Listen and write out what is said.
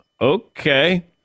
Okay